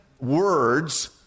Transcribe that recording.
words